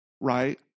right